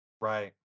Right